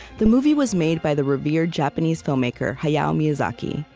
the movie was made by the revered japanese filmmaker hayao miyazaki,